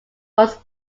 was